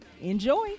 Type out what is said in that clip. Enjoy